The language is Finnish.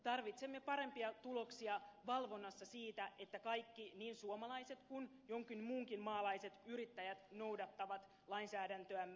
tarvitsemme parempia tuloksia valvonnassa siitä että kaikki niin suomalaiset kuin jonkin muunkin maalaiset yrittäjät noudattavat lainsäädäntöämme ja pelisääntöjämme